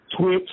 Twitch